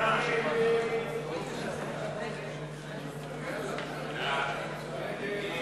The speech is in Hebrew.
ההסתייגות לחלופין של קבוצת סיעת ש"ס וקבוצת סיעת יהדות התורה לסעיף